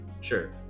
sure